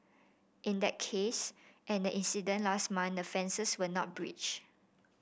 in that case and the incident last month the fences were not breach